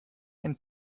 ein